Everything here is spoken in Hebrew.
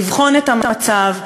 לבחון את המצב,